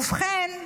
ובכן,